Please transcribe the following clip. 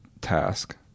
task